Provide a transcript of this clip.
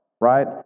right